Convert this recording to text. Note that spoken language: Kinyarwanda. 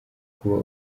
kuba